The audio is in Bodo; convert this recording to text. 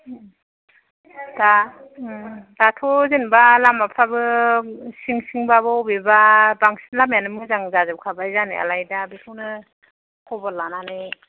दा दा थ' जेनबा लामाफ्राबो सिं सिं बाबो अबेबा बांसिन लामायानो मोजां जाजोबखाबाय जानायालाय दा बिखौनो खबर लानानै